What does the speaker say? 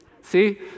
See